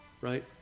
Right